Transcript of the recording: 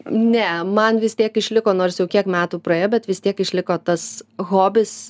ne man vis tiek išliko nors jau kiek metų praėjo bet vis tiek išliko tas hobis